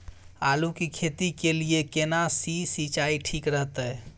आलू की खेती के लिये केना सी सिंचाई ठीक रहतै?